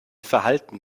verhalten